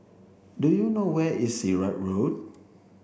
do you know where is Sirat Road